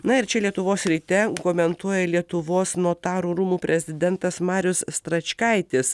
na ir čia lietuvos ryte komentuoja lietuvos notarų rūmų prezidentas marius stračkaitis